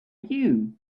you